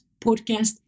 podcast